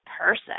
person